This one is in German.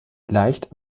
leicht